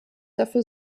dafür